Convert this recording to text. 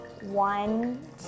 One